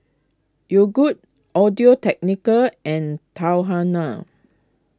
Yogood Audio Technica and Tahuna